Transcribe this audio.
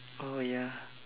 oh ya